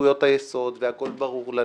זכויות היסוד, והכול ברור לנו,